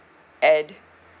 add